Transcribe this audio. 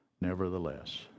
Nevertheless